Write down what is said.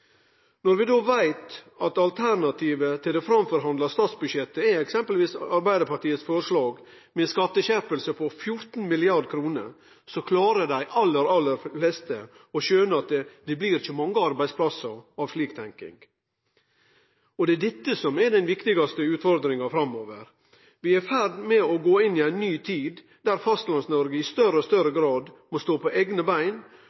Når vi då veit at alternativet til det statsbudsjettet som er forhandla fram, eksempelvis er forslaget frå Arbeidarpartiet, med ei skatteskjerping på 14 mrd. kr, klarer dei aller, aller fleste å skjøne at det blir ikkje mange arbeidsplassar av slik tenking. Det er dette som er den viktigaste utfordringa framover: Vi er i ferd med å gå inn i ei ny tid, der Fastlands-Noreg i større og større grad må stå på eigne bein